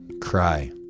cry